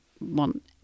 want